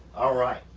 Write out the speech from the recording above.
alright,